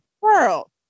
world